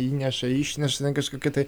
įneša išneša kažkokia tai